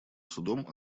судом